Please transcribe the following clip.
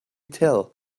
tell